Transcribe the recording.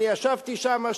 אני ישבתי שם,